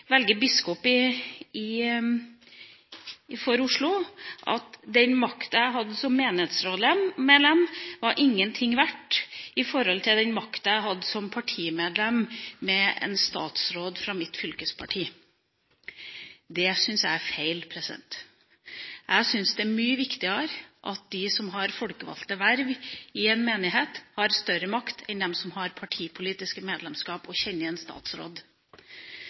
velge biskop for Oslo, at den makta jeg hadde som menighetsrådsmedlem, var ingenting verdt i forhold til den makta jeg hadde som partimedlem, med en statsråd fra mitt fylkesparti. Det syns jeg er feil. Jeg syns det er mye viktigere at de som har folkevalgte verv i en menighet, har større makt enn de som har partipolitiske medlemskap, og kjenner en statsråd.